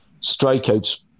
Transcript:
strikeouts